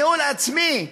הניהול העצמי,